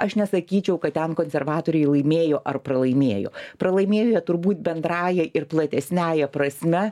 aš nesakyčiau kad ten konservatoriai laimėjo ar pralaimėjo pralaimėjo turbūt bendrąja ir platesniąja prasme